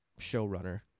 showrunner